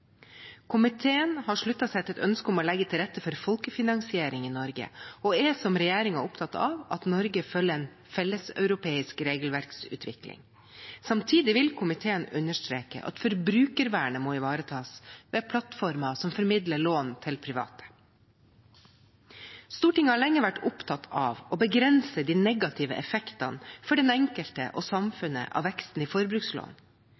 Komiteen har sluttet seg til et ønske om å legge til rette for folkefinansiering i Norge og er som regjeringen opptatt av at Norge følger en felleseuropeisk regelverksutvikling. Samtidig vil komiteen understreke at forbrukervernet må ivaretas ved plattformer som formidler lån til private. Stortinget har lenge vært opptatt av å begrense de negative effektene for den enkelte og samfunnet av veksten i forbrukslån.